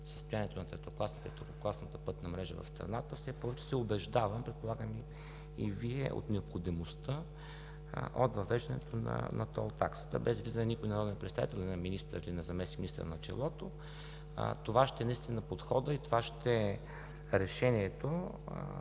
състоянието на третокласната и второкласната пътна мрежа в страната, все повече се убеждавам, предполагам и Вие, от необходимостта от въвеждането на тол таксата – без да излиза на никой народен представител, на министър или на заместник-министър на челото, това ще е подходът, това ще е решението